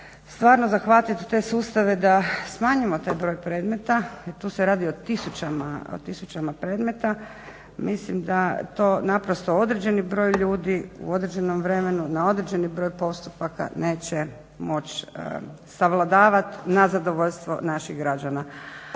stvarno zahvatiti te sustave da smanjimo taj broj predmeta jer tu se radi o tisućama predmeta mislim da je to naprosto određeni broj ljudi u određenom vremenu na određeni broj postupaka neće moći svladavati na zadovoljstvo naših građana.